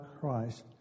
Christ